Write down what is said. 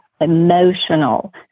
emotional